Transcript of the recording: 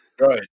Right